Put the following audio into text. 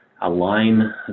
align